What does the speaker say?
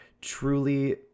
truly